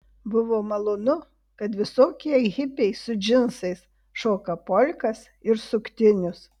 buvo malonu kad visokie hipiai su džinsais šoka polkas ir suktinius